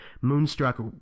Moonstruck